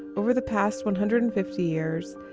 over the past one hundred and fifty years,